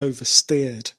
oversteered